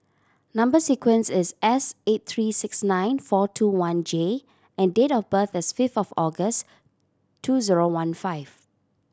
number sequence is S eight three six nine four two one J and date of birth is fifth of August two zero one five